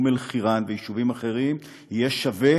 אום-אלחיראן ויישובים אחרים יהיה שווה